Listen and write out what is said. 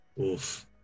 Oof